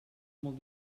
molt